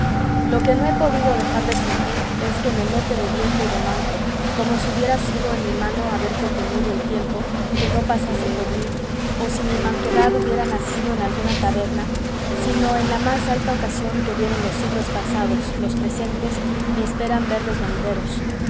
lo que no he podido dejar de sentir es que me note de viejo y de manco como si hubiera sido en mi mano haber detenido el tiempo que no pasase por mí o si mi manquedad hubiera nacido en alguna taberna sino en la más alta ocasión que vieron los siglos pasados los presentes ni esperan ver los venideros